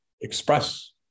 express